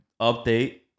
update